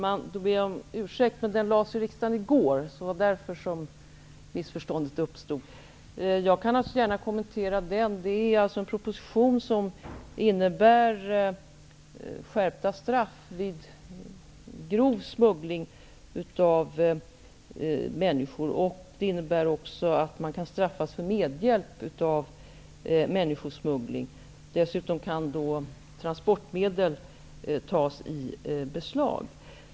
Herr talman! Den propositionen lades fram i går, så det var därför som det uppstod ett missförstånd. Jag ber om ursäkt. Jag kan gärna kommentera den. Det är en proposition som innebär skärpta straff vid grov människosmuggling. Det innebär också att man kan straffas för medhjälp till människosmuggling. Dessutom kan transportmedel tas i beslag.